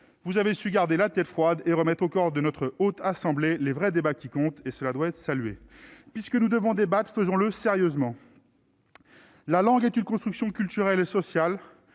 vous avez su garder la tête froide et remettre au coeur de la Haute Assemblée les vrais débats qui comptent. Cela doit être salué. Puisque nous devons débattre, faisons-le sérieusement. La langue est une construction culturelle et sociale.